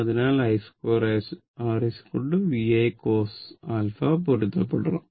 അതിനാൽ I2 r V I cos 𝞪 പൊരുത്തപ്പെടണം